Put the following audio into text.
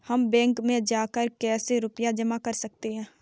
हम बैंक में जाकर कैसे रुपया जमा कर सकते हैं?